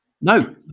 No